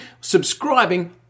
subscribing